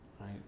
right